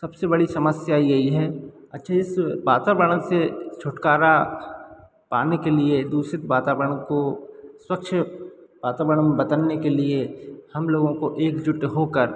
सबसे बड़ी समस्या यही है अच्छा इस वातावणन से छुटकारा पाने के लिए दूसित वातावरण को स्वच्छ वातावरण में बदलने के लिए हम लोगों को एकजुट होकर